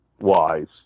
wise